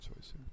choice